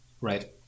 Right